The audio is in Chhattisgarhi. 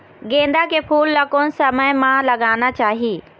गेंदा के फूल ला कोन समय मा लगाना चाही?